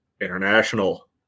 international